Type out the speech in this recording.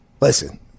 Listen